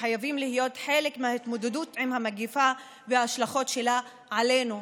שחייבים להיות חלק מההתמודדות עם המגפה וההשלכות שלה עלינו,